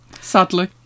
sadly